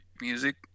music